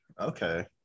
Okay